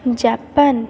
Japan